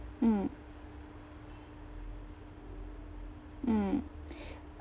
mm mm